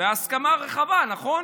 בהסכמה רחבה, נכון?